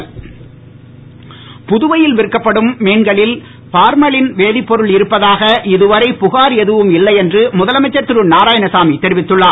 புதுவை மீன் புதுவையில் விற்க்கப்படும் மீன்களில் பார்மலின் வேதிப் பொருள் இருப்பதாக இதுவரை புகார் எதுவும் இல்லை என்று முதலமைச்சர் திரு நாராயணசாமி தெரிவித்துள்ளார்